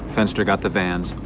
fenster got the vans.